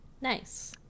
nice